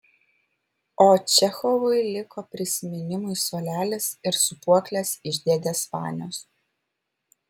o čechovui liko prisiminimui suolelis ir sūpuoklės iš dėdės vanios